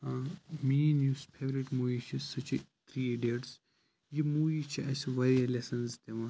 ٲں مِیٛٲنۍ یُس فِیورِٹ مُووِی چھِ سۄ چھِ تھرِی ایڈِیَٹٕس یہِ مُووِی چھِ اَسہِ واریاہ لیٚسَنٕز دِوان